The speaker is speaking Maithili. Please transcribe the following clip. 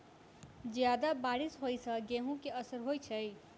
जियादा बारिश होइ सऽ गेंहूँ केँ असर होइ छै?